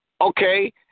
Okay